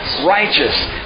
righteous